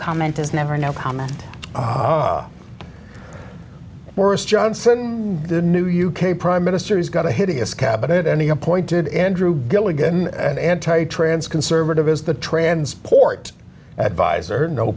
comment is never now how much worse johnson the new u k prime minister has got a hideous cabinet any appointed in drew gilligan and anti trans conservative is the transport adviser no